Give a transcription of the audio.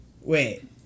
Wait